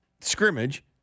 scrimmage